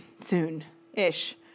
soon-ish